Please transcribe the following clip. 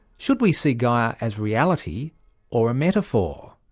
should we see gaia as reality or a metaphor?